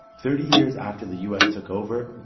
thirty years after the u s. took over,